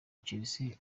chelsea